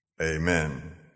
Amen